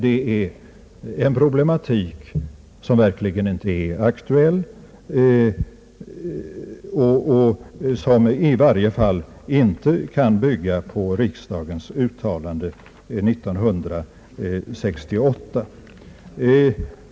Det är en problematik som verkligen inte är aktuell och som i varje fall inte kan bygga på riksdagens uttalande av år 1968.